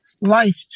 Life